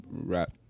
rap